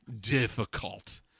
difficult